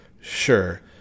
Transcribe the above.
sure